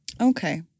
Okay